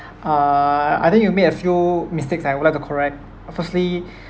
uh I think you made a few mistakes I would like to correct uh firstly